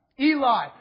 Eli